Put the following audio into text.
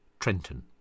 Trenton